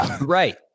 Right